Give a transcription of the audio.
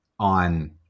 on